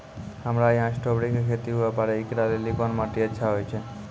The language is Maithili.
हमरा यहाँ स्ट्राबेरी के खेती हुए पारे, इकरा लेली कोन माटी अच्छा होय छै?